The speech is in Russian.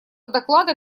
доклада